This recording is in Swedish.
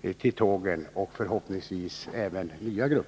tillbaka till tågen — och förhoppningsvis även nya grupper.